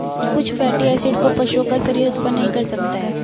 कुछ fatty acid को पशुओं का शरीर उत्पन्न नहीं कर सकता है